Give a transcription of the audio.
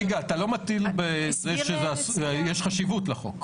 רגע, אתה לא מטיל בזה שיש חשיבות לחוק?